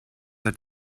hat